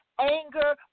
anger